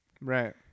Right